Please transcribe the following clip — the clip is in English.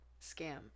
scam